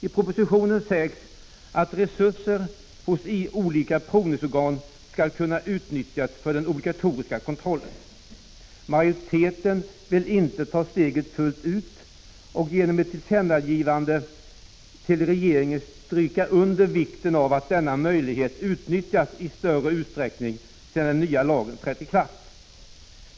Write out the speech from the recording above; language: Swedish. I propositionen sägs att resurser hos olika provningsorgan skall kunna utnyttjas för den obligatoriska kontrollen. Majoriteten vill inte ta steget fullt ut och genom ett tillkännagivande till regeringen stryka under vikten av att denna möjlighet utnyttjas i större utsträckning sedan den nya lagen trätt i kraft.